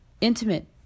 intimate